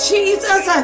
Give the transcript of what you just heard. Jesus